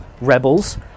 rebels